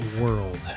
world